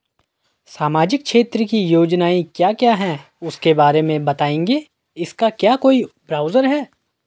सामाजिक क्षेत्र की योजनाएँ क्या क्या हैं उसके बारे में बताएँगे इसका क्या कोई ब्राउज़र है?